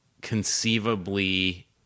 conceivably